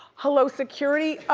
hello, security?